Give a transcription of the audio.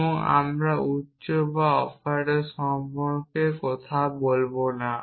এবং আমরা উচ্চ বা অপারেটর সম্পর্কে কথা বলব না